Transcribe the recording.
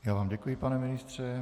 Já vám děkuji, pane ministře.